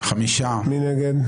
מי נגד?